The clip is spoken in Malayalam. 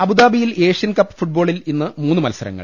അബുദാബിയിൽ ഏഷ്യൻകപ്പ് ഫുട്ബോളിൽ ഇന്ന് മൂന്ന് മത്സരങ്ങൾ